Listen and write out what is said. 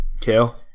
Kale